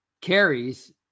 carries